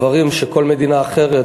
דברים שכל מדינה אחרת,